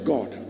God